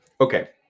Okay